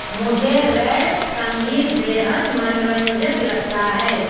मुझे रैप संगीत बेहद मनोरंजक लगता है